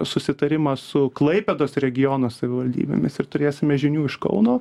susitarimą su klaipėdos regiono savivaldybėmis ir turėsime žinių iš kauno